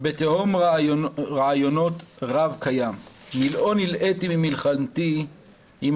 בתהום רעיונות רב כים / נלאו נלאיתי ממלחמתי / עם